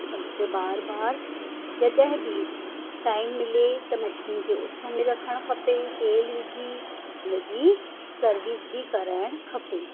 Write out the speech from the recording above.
त मूंखे बार बार जॾहिं बि टाइम मिले त मशीन खे उस में रखणु खपे तेलु विझी हुन जी सर्विस बि कराइणु खपे